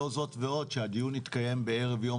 לא זאת ועוד שהדיון התקיים בערב יום